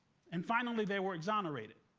and finally, they were exonerated.